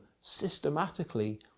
systematically